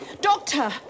Doctor